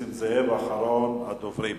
נסים זאב, אחרון הדוברים.